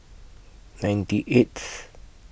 ninety eighth